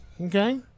Okay